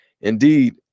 indeed